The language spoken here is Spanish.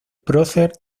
prócer